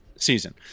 season